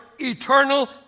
eternal